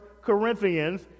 Corinthians